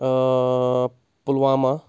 Pulwama